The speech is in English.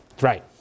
Right